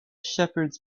shepherds